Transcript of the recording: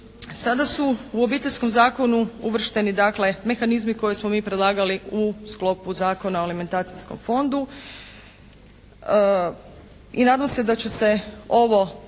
Sada su u Obiteljskom zakonu uvršteni dakle mehanizmi koje smo mi predlagali u sklopu Zakona o alimentacijskom fondu. I nadam se da će se ovo